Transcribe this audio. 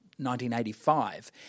1985